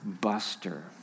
buster